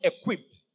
equipped